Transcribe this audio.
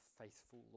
faithful